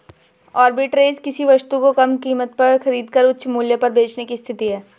arbitrage किसी वस्तु को कम कीमत पर खरीद कर उच्च मूल्य पर बेचने की स्थिति है